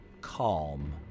calm